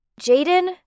Jaden